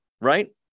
right